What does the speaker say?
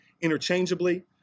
interchangeably